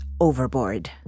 overboard